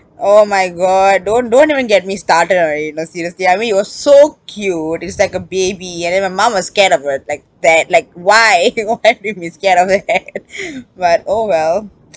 oh my god don't don't even get me started on it you know seriously I mean it was so cute it's like a baby and then my mum was scared of it~ like that like why why scared of that but oh well